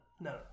No